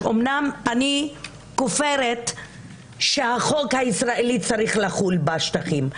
אומנם אני כופרת שהחוק הישראלי צרוך לחול בשטחים,